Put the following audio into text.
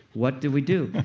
what do we do?